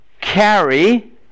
Carry